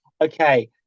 okay